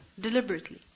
Deliberately